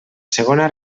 segona